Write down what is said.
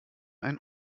ein